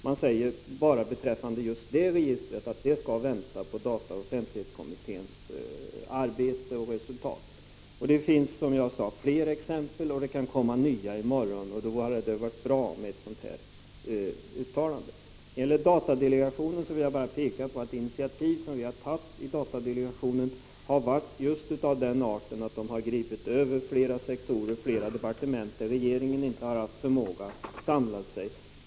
Man säger bara beträffande just det registret att det skall vänta på dataoch offentlighetskommitténs resultat. Det finns som jag sade fler exempel, och det kan komma nya i morgon. Då hade det varit bra med ett uttalande från riksdagen. Sedan vill jag peka på att de initiativ som vi har tagit i datadelegationen har varit just av den arten att de har gripit över flera sektorer och flera departement, där regeringen inte har haft förmåga att samla sig.